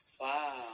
Wow